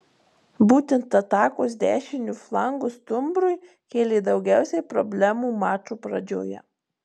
būtent atakos dešiniu flangu stumbrui kėlė daugiausiai problemų mačo pradžioje